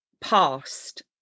past